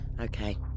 Okay